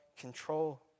control